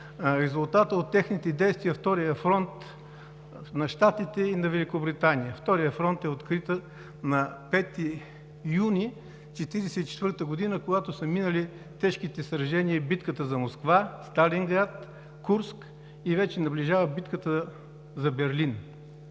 резултат от техните действия – вторият фронт на Щатите и на Великобритания. Вторият фронт е открит на 5 юни 1944 г., когато са минали тежките сражения и битката за Москва, Сталинград, Курск и вече наближава битката за Берлин.